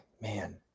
man